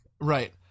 Right